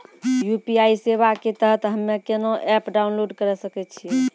UPI सेवा के तहत हम्मे केना एप्प डाउनलोड करे सकय छियै?